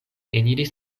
eniris